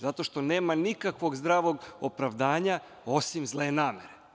Zato što nema nikakvog zdravog opravdanja, osim zle namere.